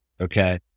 okay